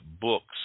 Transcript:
books